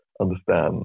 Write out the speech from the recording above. understand